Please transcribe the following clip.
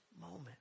moment